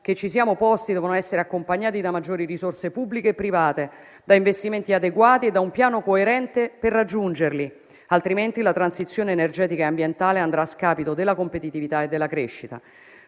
che ci siamo posti devono essere accompagnati da maggiori risorse pubbliche e private, da investimenti adeguati e da un piano coerente per raggiungerli, altrimenti la transizione energetica e ambientale andrà a scapito della competitività e della crescita.